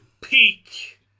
Peak